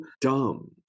dumb